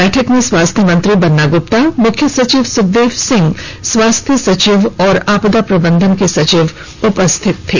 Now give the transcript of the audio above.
बैठक में स्वास्थ्य मंत्री बन्ना गुप्ता मुख्य सचिव सुखदेव सिंह स्वास्थय सचिव और आपदा प्रबंधन के सचिव उपस्थित थे